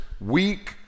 weak